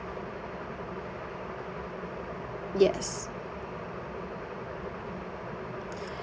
yes